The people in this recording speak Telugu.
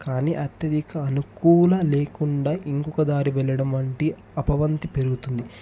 కానీ అత్యధిక అనుకూల లేకుండా ఇంకొక దారి వెళ్లడం అంటి అపవంతి పెరుగుతుంది